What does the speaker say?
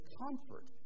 comfort